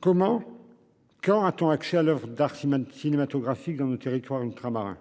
Comment. Quand à ton accès à Oeuvres d'Simone cinématographique dans nos territoires ultramarins.